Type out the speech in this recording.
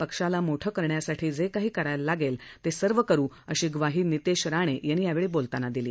पक्षाला मोठं करण्यासाठी जे काही करायला लागेल ते सर्व करू अशी ग्वाही नितेश राणे यांनी यावेळी बोलताना दिली